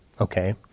okay